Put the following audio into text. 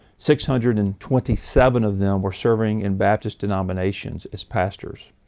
six hundred and twenty seven of them were serving in baptist denominations as pastors.